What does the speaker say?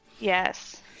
Yes